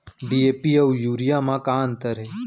DAP अऊ urea म का अंतर हे?